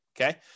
okay